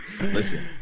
Listen